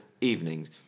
evenings